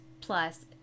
plus